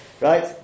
right